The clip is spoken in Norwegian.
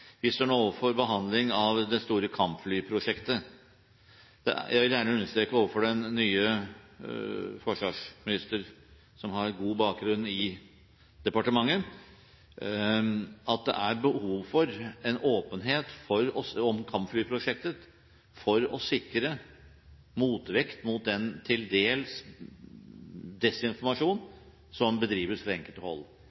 Vi står nå overfor behandlingen av det store kampflyprosjektet. Jeg vil gjerne understreke overfor den nye forsvarsministeren, som har god bakgrunn i departementet, at det er behov for åpenhet om kampflyprosjektet for å sikre motvekt mot den desinformasjon, til dels,